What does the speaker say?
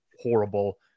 horrible